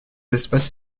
espace